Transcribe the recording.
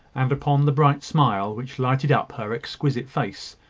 and upon the bright smile which lighted up her exquisite face,